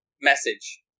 message